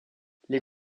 les